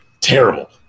terrible